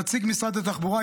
נציג משרד התחבורה,